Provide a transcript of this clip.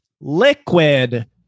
liquid